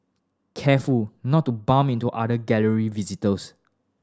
careful not to bump into other gallery visitors